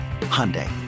Hyundai